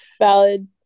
Valid